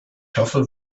hoffe